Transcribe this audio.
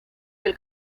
del